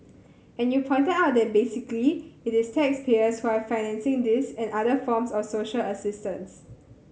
and you've pointed out that basically it is taxpayers who are financing this and other forms of social assistance